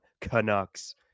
Canucks